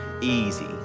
easy